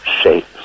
shapes